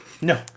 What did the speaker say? No